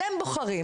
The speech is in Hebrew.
אתם בוחרים